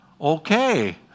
okay